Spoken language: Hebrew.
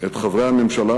את חברי הממשלה